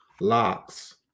locks